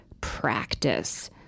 practice